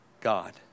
God